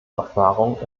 erfahrungen